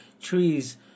trees